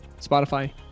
Spotify